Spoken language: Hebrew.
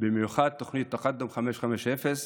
במיוחד תוכנית תקאדום, 550,